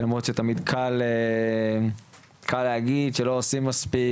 שלמרות שתמיד קל להגיד שלא עושים מספיק,